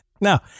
no